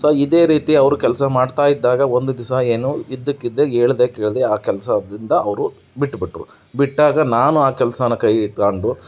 so ಇದೇ ರೀತಿ ಅವರು ಕೆಲಸ ಮಾಡ್ತಾ ಇದ್ದಾಗ ಒಂದು ದಿವ್ಸ ಏನು ಇದ್ದಕಿದ್ದಾಗೆ ಹೇಳ್ದೆ ಕೇಳದೆ ಆ ಕೆಲಸದಿಂದ ಅವರು ಬಿಟ್ಟುಬಿಟ್ರು ಬಿಟ್ಟಾಗ ನಾನು ಆ ಕೆಲಸನ ಕೈಗೆ ತಗೊಂಡು